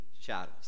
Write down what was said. shadows